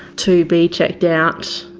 to be checked out.